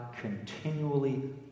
continually